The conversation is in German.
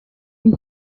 wie